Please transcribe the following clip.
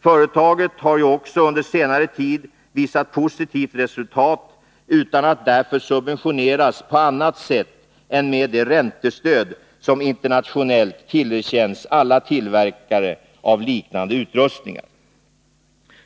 Företaget har ju också under senare tid visat positivt resultat utan att därför subventioneras på annat sätt än med de räntestöd som internationellt tillerkänns alla tillverkare av liknande utrustningar.